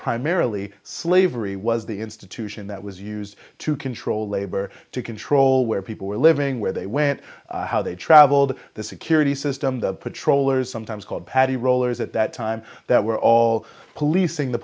primarily slavery was the institution that was used to control labor to control where people were living where they went how they traveled the security system the patrollers sometimes called paddy rollers at that time that were all policing the